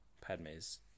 Padme's